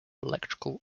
electrical